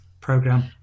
program